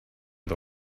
the